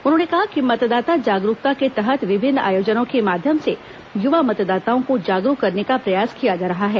उन्होंने कहा कि मतदाता जागरूकता के तहत विभिन्न आयोजनों के माध्यम से युवा मतदाताओं को जागरूक करने का प्रयास किया जा रहा है